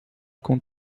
com